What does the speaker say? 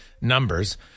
numbers